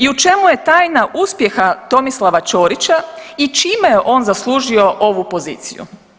I u čemu je tajna uspjeha Tomislava Ćorića i čime je on zaslužio ovu poziciju?